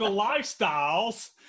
Lifestyles